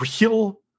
real